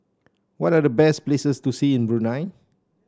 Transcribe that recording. what are the best places to see in Brunei